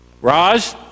Raj